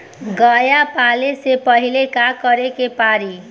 गया पाले से पहिले का करे के पारी?